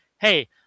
hey